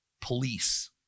police